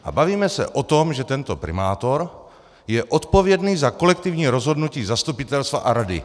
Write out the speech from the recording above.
A bavíme se o tom, že tento primátor je odpovědný za kolektivní rozhodnutí zastupitelstva a rady.